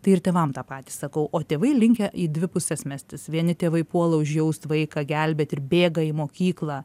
tai ir tėvam tą patį sakau o tėvai linkę į dvipuses mestis vieni tėvai puola užjaust vaiką gelbėt ir bėga į mokyklą